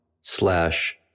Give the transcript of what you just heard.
slash